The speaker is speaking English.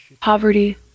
poverty